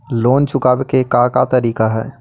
Loan चुकावे के का का तरीका हई?